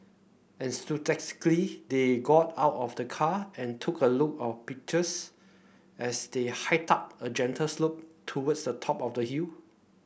enthusiastically they got out of the car and took a lot of pictures as they hiked up a gentle slope towards the top of the hill